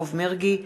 יעקב מרגי,